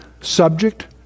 subject